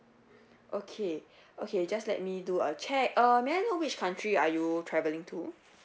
okay okay just let me do a check uh may I know which country are you travelling to